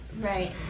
right